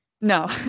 No